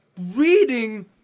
reading